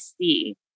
see